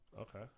Okay